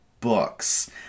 books